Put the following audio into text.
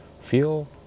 feel